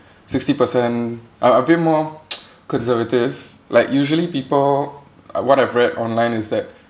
sixty percent are a bit more conservative like usually people what I've read online is that